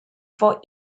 for